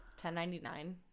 10.99